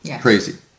crazy